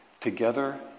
together